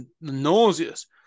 nauseous